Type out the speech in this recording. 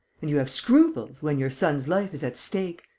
and you have scruples, when your son's life is at stake!